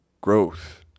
growth